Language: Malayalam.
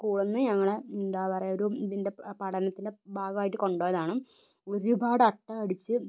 സ്കൂളിന് ഞങ്ങൾ എന്താ പറയുക ഒരു ഇതിന്റെ പഠനത്തിന്റെ ഭാഗമായിട്ട് കൊണ്ടുപോയതാണ് ഒരുപാട് അട്ട കടിച്ച്